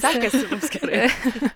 sekasi mums gerai